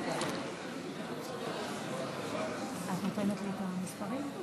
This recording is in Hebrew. התוצאות: 33 בעד,